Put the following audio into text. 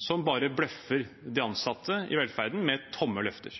som bare bløffer de ansatte i velferden med tomme løfter.